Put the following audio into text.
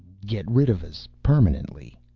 get rid of us. permanently.